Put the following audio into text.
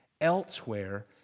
Elsewhere